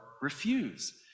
refuse